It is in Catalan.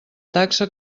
taxa